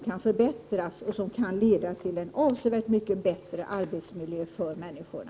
Det kan leda till en avsevärt mycket bättre arbetsmiljö för människorna.